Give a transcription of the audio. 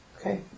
Okay